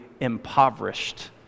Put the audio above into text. impoverished